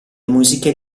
musiche